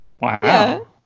Wow